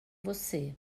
você